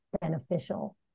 beneficial